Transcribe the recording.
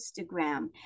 Instagram